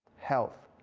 health,